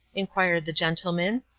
inquired the gentleman.